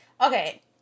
Okay